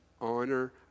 honor